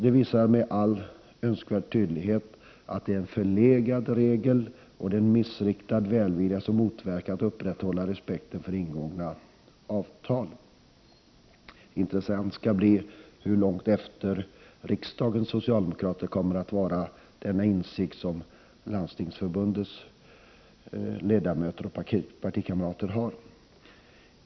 Det visar med all önskvärd tydlighet att det är en förlegad regel, och det är en missriktad välvilja som motverkar möjligheterna att upprätthålla respekten för ingångna avtal. Intressant skall bli att se hur långt efter riksdagens socialdemokrater kommer att vara i fråga om den insikt som Landstingsförbundets socialdemokratiska ledamöter har.